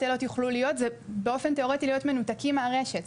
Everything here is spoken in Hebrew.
אילת אילות יוכלו להיות מנותקים מהרשת,